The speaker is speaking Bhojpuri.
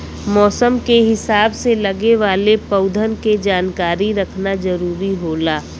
मौसम के हिसाब से लगे वाले पउधन के जानकारी रखना जरुरी होला